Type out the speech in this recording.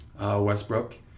Westbrook